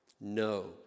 No